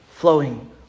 flowing